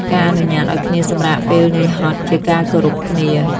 ការអនុញ្ញាតឱ្យគ្នាសម្រាកពេលនឿយហត់ជាការគោរពគ្នា។